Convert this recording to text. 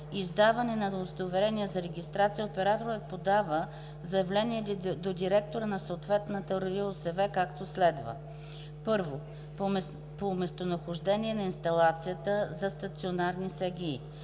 издаване на удостоверение за регистрация операторът подава заявление до директора на съответната РИОСВ, както следва: 1. по местонахождение на инсталацията – за стационарни СГИ;